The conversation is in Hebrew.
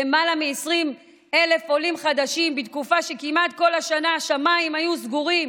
למעלה מ-20,000 עולים חדשים בתקופה שכמעט כל השנה השמיים היו סגורים,